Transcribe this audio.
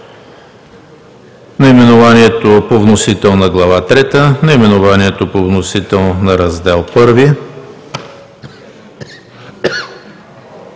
наименованието по вносител на Глава трета, наименованието по вносител на Раздел I,